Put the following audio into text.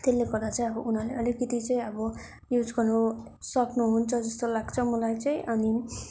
त्यसले गर्दा चाहिँ अब उनीहरूले अलिकति चाहिँ अब युज गर्नु सक्नुहुन्छ जस्तो लाग्छ मलाई चाहिँ अनि